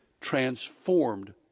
transformed